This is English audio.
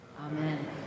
amen